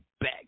back